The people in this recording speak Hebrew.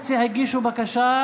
אינו נוכח ניר אורבך,